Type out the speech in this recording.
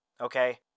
Okay